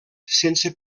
sense